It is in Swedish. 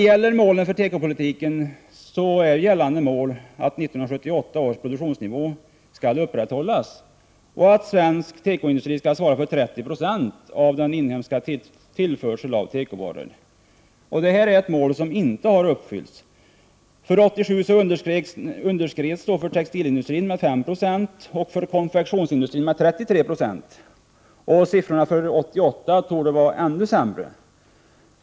Gällande mål för tekopolitiken är att 1978 års produktionsnivå skall upprätthållas och att svensk tekoindustri skall svara för 30 96 av den inhemska tillförseln av tekovaror. Det är ett mål som inte har uppfyllts. År 1987 underskred textilindustrin målen med 5 96 och konfektionsindustrin med 33 9. Talen för 1988 torde vara ännu sämre.